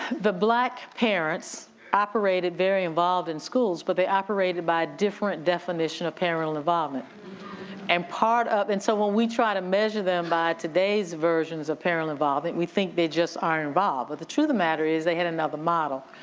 the black parents operated very involved in schools, but they operated by a different definition of parental involvement and part of, and so when we try to measure them by today's versions of parent involvement, we think they just aren't involved, but the truth of matter is they had another model.